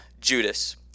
Judas